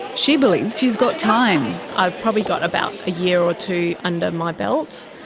she believes she's got time. i've probably got about a year or two under my belt.